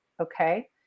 Okay